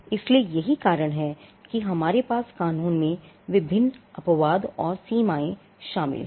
इसलिए यही कारण है कि हमारे पास कानून में विभिन्न अपवाद और सीमाएं शामिल हैं